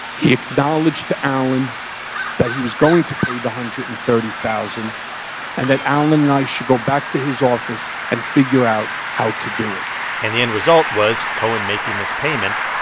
he acknowledged to allen that he was going to pay the one hundred and thirty thousand and that allen and i should go back to his office and figure out how to do it and the end result was cohen making this payment.